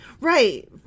Right